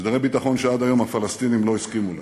הסדרי ביטחון שעד היום הפלסטינים לא הסכימו להם.